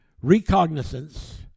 recognizance